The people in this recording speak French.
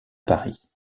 paris